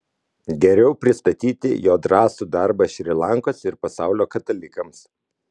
geriau pristatyti jo drąsų darbą šri lankos ir pasaulio katalikams